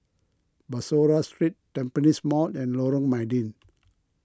Bussorah Street Tampines Mall and Lorong Mydin